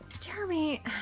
Jeremy